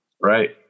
Right